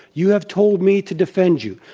you have told me to defend you.